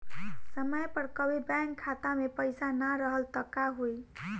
समय पर कभी बैंक खाता मे पईसा ना रहल त का होई?